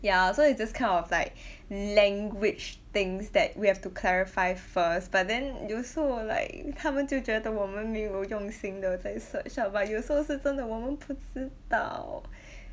ya so it's just kind of like language things that we have to clarify first but then 有时候 like 他们就觉得我们没有用心的在 search lah but 有时候是真的我们不知道到